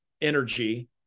energy